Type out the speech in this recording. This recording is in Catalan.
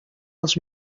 els